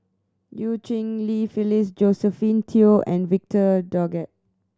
Eu Cheng Li Phyllis Josephine Teo and Victor Doggett